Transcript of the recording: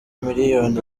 milliyoni